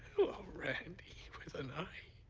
randi with an i.